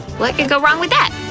what could go wrong with that?